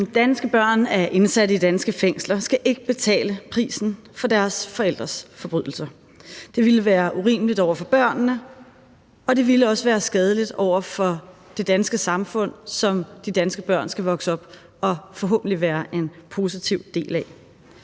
Danske børn af indsatte i danske fængsler skal ikke betale prisen for deres forældres forbrydelser. Det ville være urimeligt over for børnene, og det ville også være skadeligt for det danske samfund, som de danske børn skal vokse op i og forhåbentlig vil være en positiv del af.